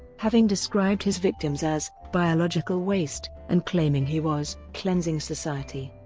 having described his victims as biological waste and claiming he was cleansing society.